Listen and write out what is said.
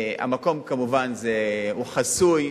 המקום הוא כמובן חסוי,